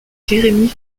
jeremy